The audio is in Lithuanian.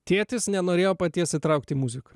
tėtis nenorėjo paties įtraukt į muziką